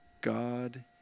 God